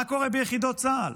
מה קורה ביחידות צה"ל?